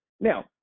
Now